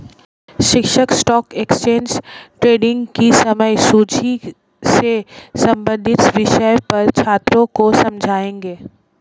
शिक्षक stock exchange trading की समय सूची से संबंधित विषय पर छात्रों को समझाएँगे